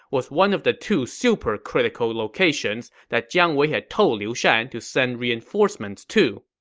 was one of the two super-critical locations that jiang wei had told liu shan to send reinforcements to.